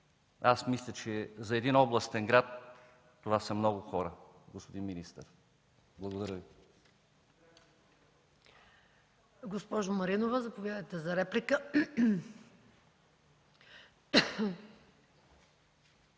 мисля, че за един областен град това са много хора, господин министър. Благодаря Ви.